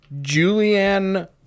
Julianne